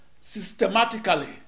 systematically